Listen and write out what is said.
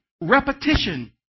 Repetition